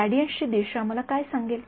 ग्रेडीयंट्सची दिशा मला काय सांगेल